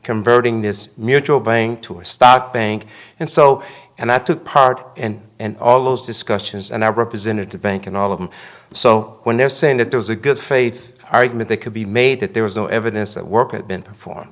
converting this mutual bank to a stock bank and so and i took part in all those discussions and i represented the bank in all of them so when they're saying that there was a good faith argument they could be made that there was no evidence at work of been perform